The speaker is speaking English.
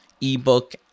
ebook